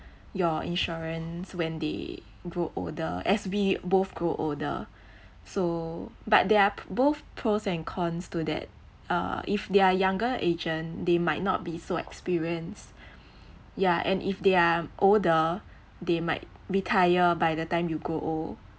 your insurance when they grow older as we both grow older so but there are both pros and cons to that uh if they're younger agent they might not be so experienced yeah and if they're older they might retire by the time you grow old